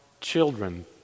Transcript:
children